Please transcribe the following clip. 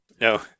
No